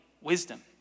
wisdom